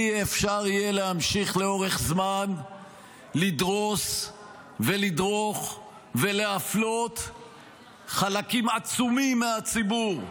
אי-אפשר להמשיך לאורך זמן לדרוס ולדרוך ולהפלות חלקים עצומים מהציבור.